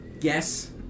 Yes